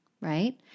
right